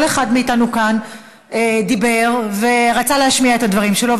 כל אחד מאיתנו כאן דיבר ורצה להשמיע את הדברים שלו,